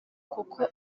kuko